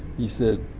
he said,